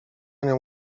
nią